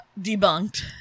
debunked